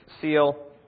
seal